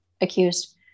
accused